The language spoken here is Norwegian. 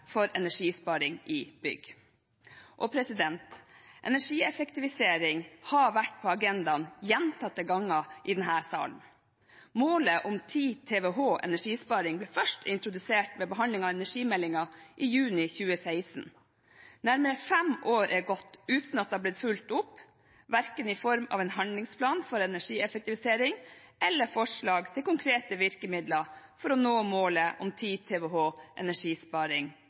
for energisparing i bygg. Energieffektivisering har vært på agendaen gjentatte ganger i denne salen. Målet om 10 TWh energisparing ble først introdusert ved behandlingen av energimeldingen i juni 2016. Nærmere fem år er gått uten at det har blitt fulgt opp, verken i form av en handlingsplan for energieffektivisering eller gjennom forslag til konkrete virkemidler for å nå målet om 10 TWh energisparing